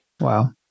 Wow